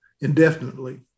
indefinitely